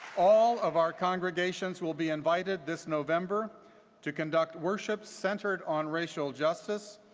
all of our congregations will be invited this november to conduct worship centered on racial justice,